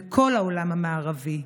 בכל העולם המערבי.